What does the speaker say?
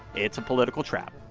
it's a political trap.